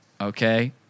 Okay